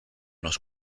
nos